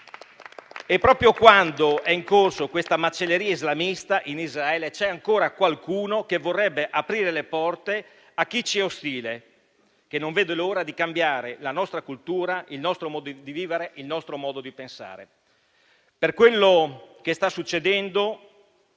E proprio quando è in corso questa macelleria islamista in Israele, c'è ancora qualcuno che vorrebbe aprire le porte a chi ci è ostile e che non vede l'ora di cambiare la nostra cultura, il nostro modo di vivere e il nostro modo di pensare. Quello che sta succedendo